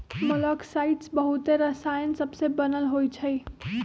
मोलॉक्साइड्स बहुते रसायन सबसे बनल होइ छइ